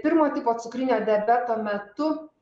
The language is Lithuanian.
pirmo tipo cukrinio diabeto metu